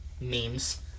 Memes